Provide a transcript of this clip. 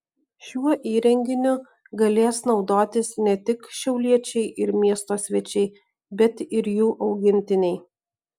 šiuo įrenginiu galės naudotis ne tik šiauliečiai ir miesto svečiai bet ir jų augintiniai